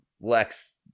lex